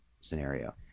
scenario